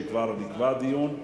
שכבר נקבע שם דיון.